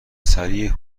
سریع